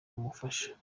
ubufasha